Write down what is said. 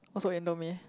also indomie